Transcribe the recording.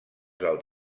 del